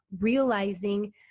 realizing